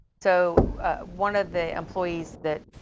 so one of the employees that,